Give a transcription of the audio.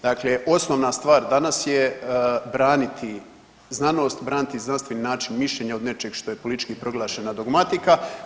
Dakle, osnovna stvar danas je braniti znanost, braniti znanstveni način mišljenja od nečeg što je politički proglašena dogmatika.